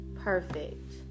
perfect